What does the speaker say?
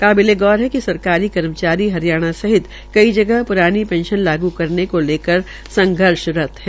काबिलेगौर है कि सरकारी कर्मचारी हरियाणा सहित कई जगह पुरानी पेंशन लागू करने को लेकर संघर्षरत है